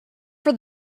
for